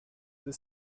this